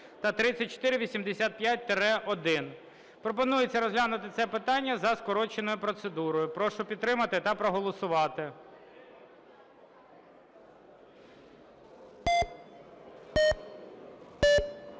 Пропонується розглянути це питання за скороченою процедурою. Прошу підтримати та проголосувати.